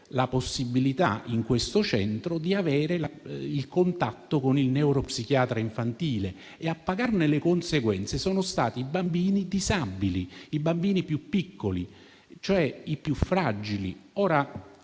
la possibilità di avere presso il centro il contatto con il neuropsichiatra infantile. A pagarne le conseguenze sono stati i bambini disabili, i più piccoli, cioè i più fragili.